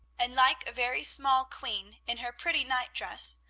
and like a very small queen, in her pretty nightdress,